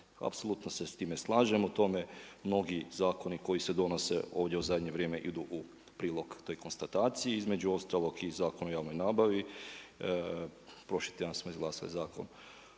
Apsolutno se s time slažem. O tome mnogi zakoni koji se donose ovdje u zadnje vrijeme idu u prilog toj konstataciji. Između ostalog i Zakon o javnoj nabavi. Prošli tjedan smo izglasali Zakon